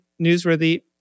newsworthy